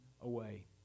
away